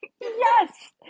Yes